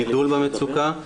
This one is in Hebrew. גידול במצוקה,